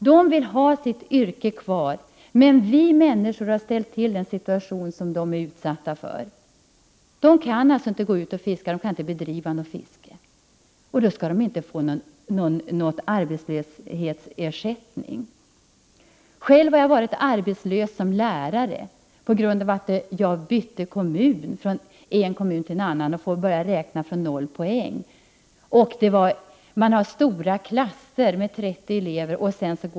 De vill ha sitt yrke kvar, men vi människor har ställt till den situation som de befinner sig i. De kan inte bedriva något fiske. Och så skall de inte få någon arbetslöshetsersättning! Jag har själv som lärare varit arbetslös. Jag bytte kommun och fick börja räkna från 0 poäng. Man har stora klasser, med 30 elever.